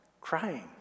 crying